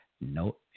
No